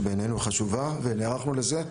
שבעינינו היא חשובה וגם נערכנו לזה.